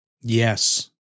Yes